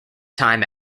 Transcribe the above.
time